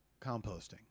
composting